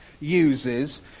uses